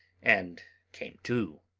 and came too.